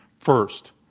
first,